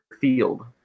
field